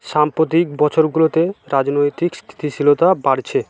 সাম্প্রতিক বছরগুলোতে রাজনৈতিক স্থিতিশীলতা বাড়ছে